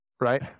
right